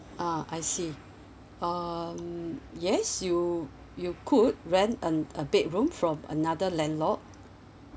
ah I see um yes you you could rent a a bedroom from another landlord